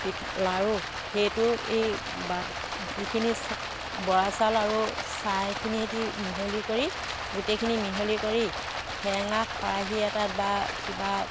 পিঠা লাৰু সেইটো এই বা যিখিনি চা বৰা চাউল আৰু ছাইখিনি সৈতে মিহলি কৰি গোটেইখিনি মিহলি কৰি সেৰেঙা খৰাহী এটাত বা কিবা